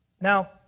Now